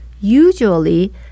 Usually